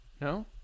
No